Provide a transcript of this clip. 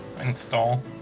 install